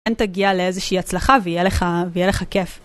כן, תגיע לאיזושהי הצלחה ויהיה לך, ויהיה לך כיף.